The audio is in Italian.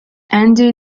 andy